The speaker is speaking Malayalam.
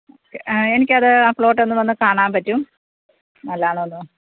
ഓക്കെ എനിക്കത് ആ പ്ലോട്ടെന്നു വന്ന് കാണാന് പറ്റും നല്ലതാണോന്ന്